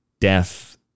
death